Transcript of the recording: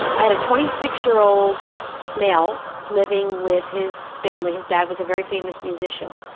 i had a twenty-six-year-old male living with his family. his dad was a very famous musician.